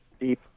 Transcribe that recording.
deep